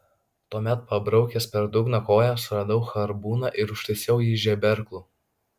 tuomet pabraukęs per dugną koja suradau harpūną ir užtaisiau jį žeberklu